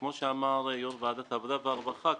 וכמו שאמר יו"ר ועדת העבודה והרווחה,